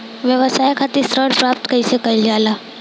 व्यवसाय खातिर ऋण प्राप्त कइसे कइल जाला?